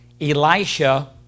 Elisha